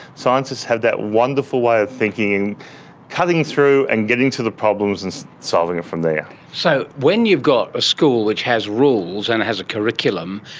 scientists have that wonderful way of thinking and cutting through and getting to the problems and solving it from there. so when you've got a school which has rules and has a curriculum,